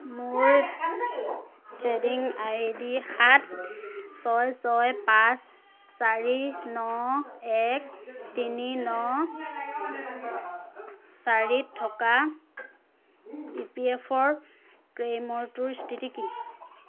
মোৰ trading ID সাত ছয় ছয় পাঁচ চাৰি ন এক তিনি ন চাৰি থকা ই পি এফ অ'ৰ ক্লেইমটোৰ স্থিতি কি